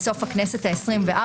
בסוף הכנסת ה-24.